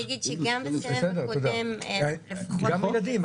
אני אגיד שגם בסבב הקודם --- גם ילדים.